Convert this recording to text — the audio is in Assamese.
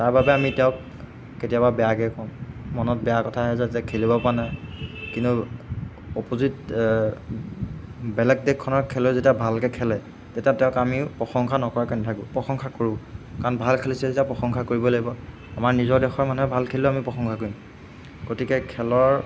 তাৰবাবে আমি তেওঁক কেতিয়াবা বেয়াকৈ কওঁ মনত বেয়া কথা আহে যে যে খেলিবপৰা নাই কিন্তু অপজিত বেলেগ দেশখনৰ খেলুৱৈয়ে যেতিয়া ভালকৈ খেলে তেতিয়া তেওঁক আমিও প্ৰশংসা নকৰাকৈ নাথাকোঁ প্ৰশংসা কৰোঁ কাৰণ ভাল খেলিছে যেতিয়া প্ৰশংসা কৰিবই লাগিব আমাৰ নিজৰ দেশৰ মানুহেও ভাল খেলিলেও আমি প্ৰশংসা কৰিম গতিকে খেলৰ